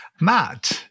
Matt